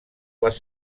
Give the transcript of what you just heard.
les